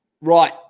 Right